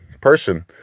person